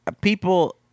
people